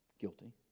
Guilty